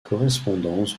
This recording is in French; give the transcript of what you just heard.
correspondance